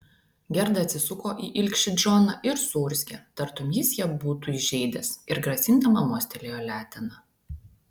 gerda atsisuko į ilgšį džoną ir suurzgė tartum jis ją būtų įžeidęs ir grasindama mostelėjo letena